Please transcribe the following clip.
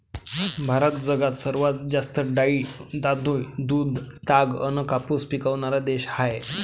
भारत जगात सर्वात जास्त डाळी, तांदूळ, दूध, ताग अन कापूस पिकवनारा देश हाय